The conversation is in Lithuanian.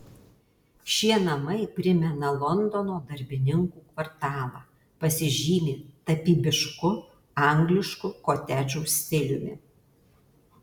šie namai primena londono darbininkų kvartalą pasižymi tapybišku angliškų kotedžų stiliumi